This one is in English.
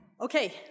Okay